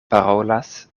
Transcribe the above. parolas